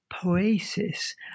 poesis